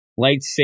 lightsaber